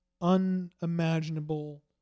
unimaginable